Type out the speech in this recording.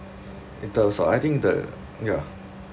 in terms of I think the yeah